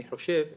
אני חושב שכאן,